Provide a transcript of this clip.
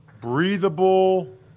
breathable